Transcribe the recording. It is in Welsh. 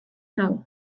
nhw